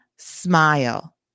Smile